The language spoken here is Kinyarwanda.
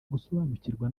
gusobanukirwa